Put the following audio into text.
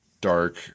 dark